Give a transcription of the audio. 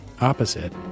opposite